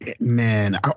Man